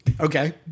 Okay